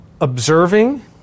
observing